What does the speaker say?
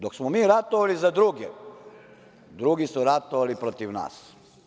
Dok smo mi ratovali za druge, drugi su ratovali protiv nas.